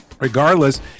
Regardless